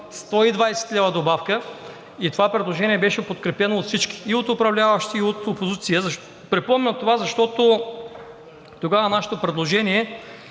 120 лв. добавка, това предложение беше подкрепено от всички – и от управляващи, и от опозиция. Припомням това, защото тогава нашето предложение